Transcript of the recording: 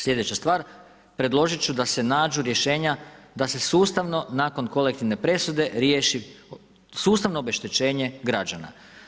Sljedeća stvar, predložit ću da se nađu rješenja da se sustavno nakon kolektivne presude riješi sustavno obeštećenje građana.